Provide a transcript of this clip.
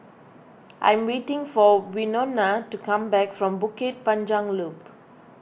I'm waiting for Winona to come back from Bukit Panjang Loop